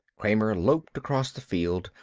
kramer loped across the field,